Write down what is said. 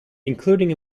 including